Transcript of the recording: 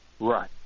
Right